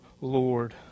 Lord